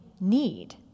need